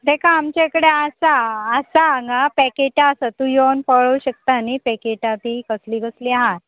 ताका आमचे कडेन आसा आसा हांगा पॅकेटां आसा तूं योवन पळोवं शकता न्ही पॅकेटां बी कसली कसली आहा